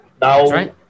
now